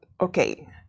okay